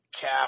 cap